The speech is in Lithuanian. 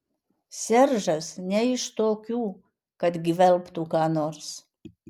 seržas ne iš tokių kad gvelbtų ką nors